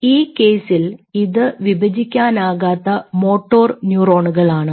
ഈ കേസിൽ ഇത് വിഭജിക്കാനാകാത്ത മോട്ടോർ ന്യൂറോണുകൾ ആണ്